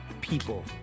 people